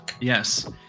Yes